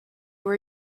were